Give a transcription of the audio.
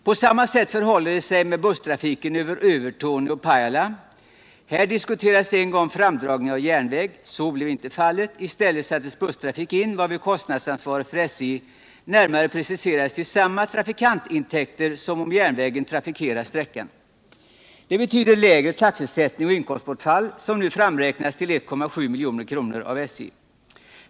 På samma sätt förhåller det sig med busstrafiken över Övertorneå-Pajala. Här diskuterades en gång framdragning av järnväg. Någon järnväg drogs inte fram. I stället sattes busstrafik in, varvid kostnadsansvaret för SJ närmare preciserades till samma trafikantintäkter som om järnväg trafikerat sträckan. Det betyder lägre taxesättning och inkomstbortfall, som nu av SJ framräknats till 1,7 miljoner.